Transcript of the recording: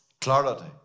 clarity